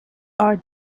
are